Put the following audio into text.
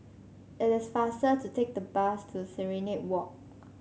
it is faster to take the bus to Serenade Walk